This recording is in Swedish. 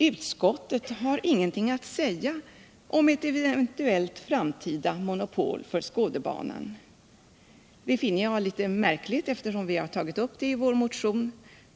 Utskottet har ingenting att säga om ett eventuellt framtida monopol för Skådebanan. Det finner jag litet märkligt, eftersom vi har tagit upp den frågan i vår motion.